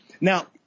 now